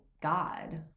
God